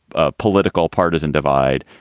ah political partisan divide.